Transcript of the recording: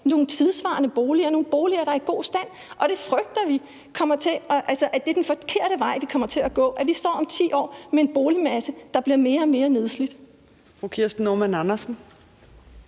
nogle tidssvarende boliger og nogle boliger, der er i god stand, og vi frygter, at det er den forkerte vej, det kommer til at gå, og at vi om 10 år står med en boligmasse, der bliver mere og mere nedslidt.